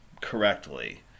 correctly